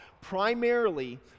primarily